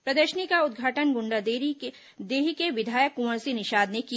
प्रदर्शनी का उदघाटन गुंडरदेही के विधायक कृंवर सिंह निषाद ने किया